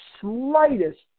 slightest